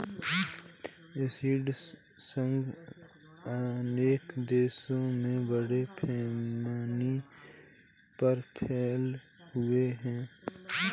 ऋण संघ अनेक देशों में बड़े पैमाने पर फैला हुआ है